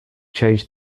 change